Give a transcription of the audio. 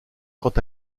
quant